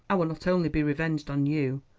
i will not only be revenged on you,